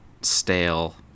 stale